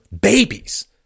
babies